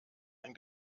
ein